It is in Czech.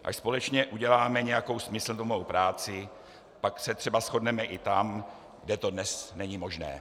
Až společně uděláme nějakou smysluplnou práci, pak se třeba shodneme i tam, kde to dnes není možné.